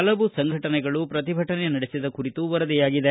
ಪಲವು ಸಂಘಟನೆಗಳು ಪ್ರತಿಭಟನೆ ನಡೆಸಿದ ಕುರಿತು ವರದಿಯಾಗಿದೆ